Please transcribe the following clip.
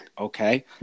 okay